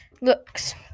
looks